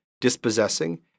dispossessing